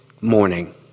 morning